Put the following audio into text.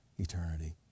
eternity